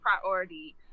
priority